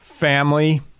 family